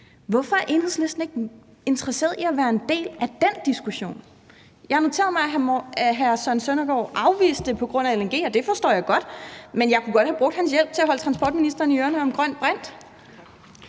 Hvorfor er Enhedslisten ikke interesseret i at være en del af den diskussion? Jeg har noteret mig, at hr. Søren Søndergaard afviste det på grund af LNG, og det forstår jeg godt, men jeg kunne godt have brugt hans hjælp til at holde transportministeren i ørerne om grønt brint.